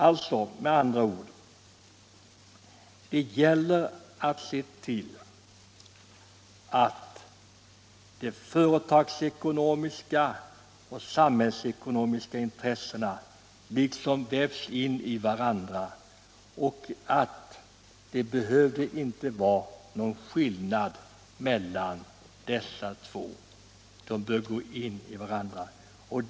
Det gäller med andra ord att se till att de företagsekonomiska och samhällsekonomiska intressena liksom vävs in i varandra. Någon skillnad borde det inte vara mellan dessa intressen — de bör alltså gå in i varandra.